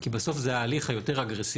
כי בסוף זה ההליך היותר-אגרסיבי,